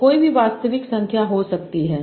वे कोई भी वास्तविक संख्या हो सकती है